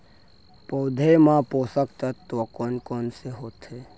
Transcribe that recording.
पौधे मा पोसक तत्व कोन कोन से होथे?